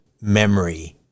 memory